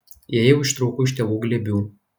jie jau ištrūko iš tėvų glėbių